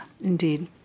Indeed